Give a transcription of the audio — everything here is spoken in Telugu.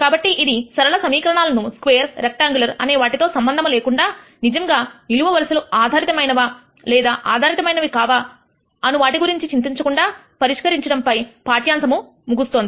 కాబట్టి ఇది సరళ సమీకరణాలను స్క్వేర్ రెక్టఅంగులర్ అనే వాటితో సంబంధం లేకుండా నిజంగా నిలువు వరుసలు ఆధారితమైనవా లేదా ఆధారితమైనవి కాదా అను వాటి గురించి చింతించకుండా పరిష్కరించడం పై పాఠ్యాంశమును ముగిస్తుంది